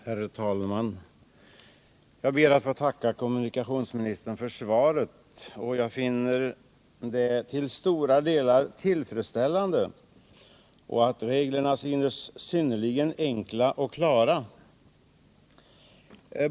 Herr talman! Jag ber att få tacka kommunikationsministern för svaret. Jag finner det till stora delar tillfredsställande, och reglerna synes synnerligen enkla och klara.